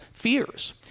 fears